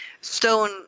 Stone